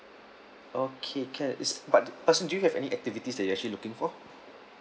okay can is but uh sir do you have any activities that you actually looking for